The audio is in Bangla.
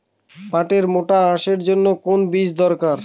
পাটের মোটা আঁশের জন্য কোন বীজ দরকার?